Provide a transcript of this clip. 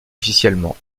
officiellement